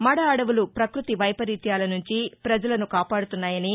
మడ అడవులు పకృతి వైపరీత్యాల నుంచి ప్రజలను కాపాడుతున్నాయని